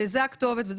זאת הכתובת שלו,